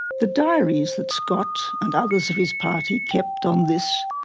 the diaries that scott and others of his party kept on this,